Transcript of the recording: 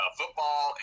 football